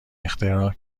اختراع